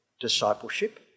discipleship